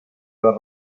les